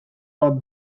bat